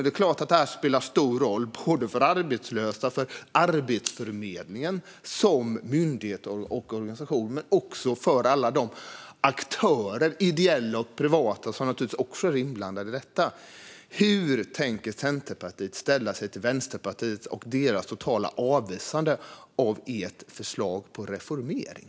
Det är klart att det här spelar stor roll för arbetslösa och för Arbetsförmedlingen som myndighet och organisation, men också naturligtvis för alla de ideella och privata aktörer som är inblandade i detta. Hur tänker Centerpartiet ställa sig till Vänsterpartiet och dess totala avvisande av ert förslag på reformering?